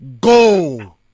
Go